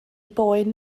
boen